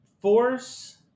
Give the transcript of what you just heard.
force